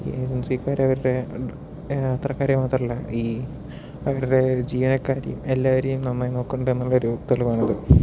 ഏജൻസിക്കാർ അവരുടെ യാത്രക്കാരെ മാത്രമല്ല ഈ അവരുടെ ജീവനക്കാരെയും എല്ലാവരെയും നന്നായി നോക്കുന്നുണ്ട് എന്നുള്ളൊരു തെളിവ് ആണത്